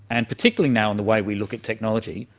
and particularly now in the way we look at technology.